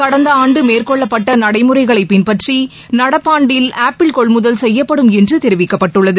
கடந்த ஆண்டு மேற்கொள்ளப்பட்ட நடைமுறைகளை பின்பற்றி நடப்பாண்டில் ஆப்பிள் கொள்முதல் செய்யப்படும் என்று தெரிவிக்கப்பட்டுள்ளது